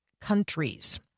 countries